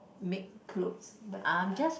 make clothes but uh